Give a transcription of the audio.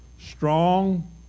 strong